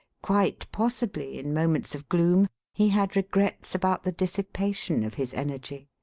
quite possibly, in moments of gloom, he had regrets about the dissipation of his energy.